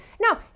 no